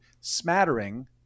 SMattering